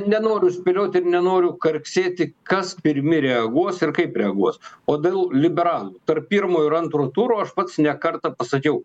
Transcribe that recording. nenoriu spėliot ir nenoriu karksėti kas pirmi reaguos ir kaip reaguos o dėl liberalų tarp pirmo ir antro turo aš pats ne kartą pasakiau